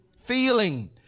feeling